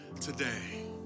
today